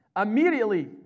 Immediately